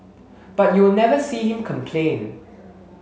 but you will never see him complain